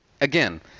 Again